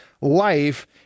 life